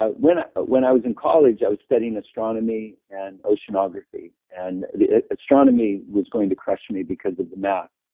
ah when ah but when i was in college, i was studying astronomy and oceanography. and astronomy was going to crush me because of the math,